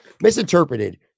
misinterpreted